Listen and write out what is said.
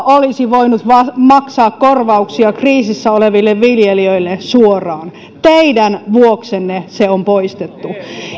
olisi voinut maksaa korvauksia kriisissä oleville viljelijöille suoraan teidän vuoksenne se on poistettu